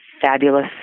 fabulous